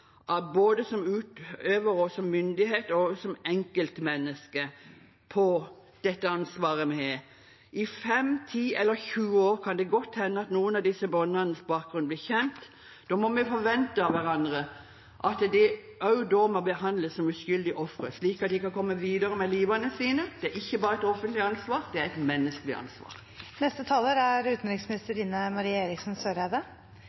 av myndighet og som enkeltmennesker. Om fem, ti eller tjue år kan det godt hende noen av disse barnas bakgrunn blir kjent. Da må vi forvente av hverandre at de også da må behandles som uskyldige ofre, slik at de kan komme videre med livet sitt. Det er ikke bare et offentlig ansvar, det er et menneskelig ansvar. Konsulære saker der barn er